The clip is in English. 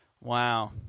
Wow